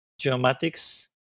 geomatics